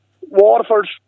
Waterford